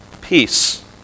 peace